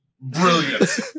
Brilliant